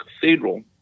cathedral